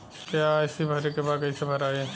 KYC भरे के बा कइसे भराई?